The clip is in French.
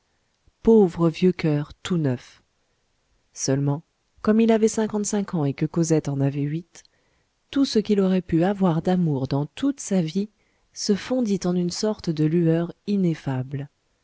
pauvre vieux coeur tout neuf seulement comme il avait cinquante-cinq ans et que cosette en avait huit tout ce qu'il aurait pu avoir d'amour dans toute sa vie se fondit en une sorte de lueur ineffable